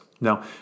now